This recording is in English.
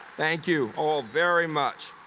thank you all very much.